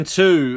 two